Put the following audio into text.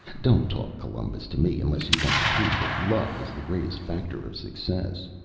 don't talk columbus to me unless you want to prove that luck is the greatest factor of success.